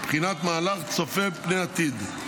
בבחינת מהלך צופה פני עתיד,